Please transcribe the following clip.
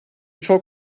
çok